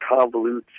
convolutes